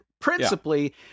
principally